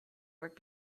work